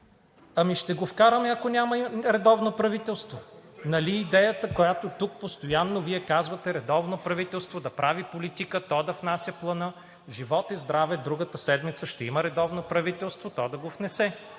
Ами ще го вкараме, ако няма редовно правителство. Нали идеята, която тук постоянно Вие казвате: редовно правителство, да прави политика, то да внася Плана. Живот и здраве, другата седмица ще има редовно правителство, то да го внесе.